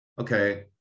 Okay